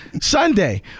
Sunday